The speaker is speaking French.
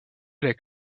avec